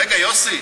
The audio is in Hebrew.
רגע, יוסי.